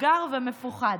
מסוגר ומפוחד.